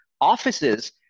offices